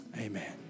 amen